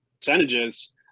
percentages